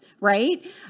right